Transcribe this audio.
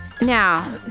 Now